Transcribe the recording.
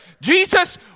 Jesus